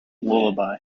lullaby